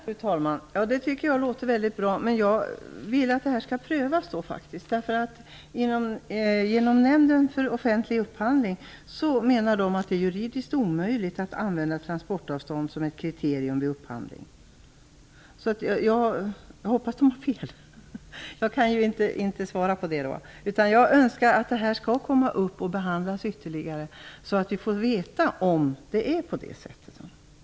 Fru talman! Det tycker jag låter väldigt bra, men jag vill då att detta skall prövas. Inom Nämnden för offentlig upphandling säger man att det är juridiskt omöjligt att använda transportavstånd som ett kriterium vid upphandling. Jag hoppas man där har fel, men det kan jag inte säkert säga. Jag önskar att detta skall komma upp och behandlas ytterligare, så att vi får veta om det är så.